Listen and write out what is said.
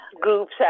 groups